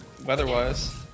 Weather-wise